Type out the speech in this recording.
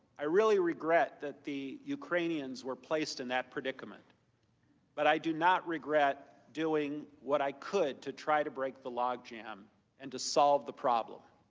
i really regret that the ukrainians were placed in that predicament but i do not regret doing what i could to try to break the logjam and to solve the problem.